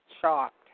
shocked